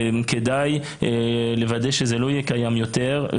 כדאי לוודא שזה לא יהיה קיים יותר.